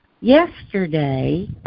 Yesterday